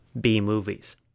B-movies